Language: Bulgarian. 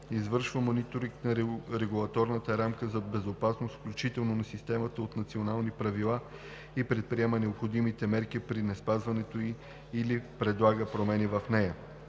извършва мониторинг на регулаторната рамка за безопасност, включително на системата от национални правила, и предприема необходимите мерки при неспазването ѝ или предлага промени в нея;